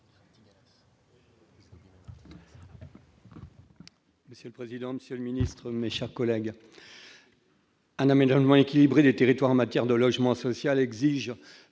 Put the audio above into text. Monsieur le président, Monsieur le Ministre, mes chers collègues. Un aménagement équilibré des territoires en matière de logement social exige